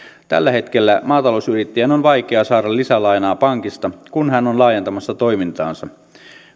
tällä hetkellä maatalousyrittäjän on vaikea saada lisälainaa pankista kun hän on laajentamassa toimintaansa